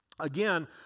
Again